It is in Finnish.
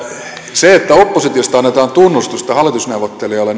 sitä että oppositiosta annetaan tunnustusta hallitusneuvottelijoille